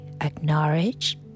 acknowledge